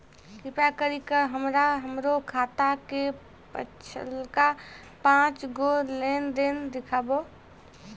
कृपा करि के हमरा हमरो खाता के पिछलका पांच गो लेन देन देखाबो